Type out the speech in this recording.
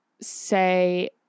say